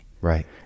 Right